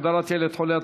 הגדרת ילד חולה),